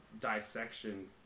Dissection